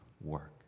work